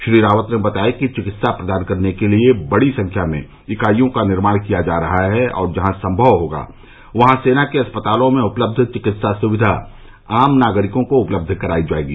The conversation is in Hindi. श्री रावत ने बताया कि चिकित्सा प्रदान करने के लिए बड़ी संख्या में इकाइयों का निर्माण किया जा रहा है और जहां संभव होगा वहाँ सेना के अस्पतालों में उपलब्ध चिकित्सा सुविधा आम नागरिकों को उपलब्ध करायी जायेगी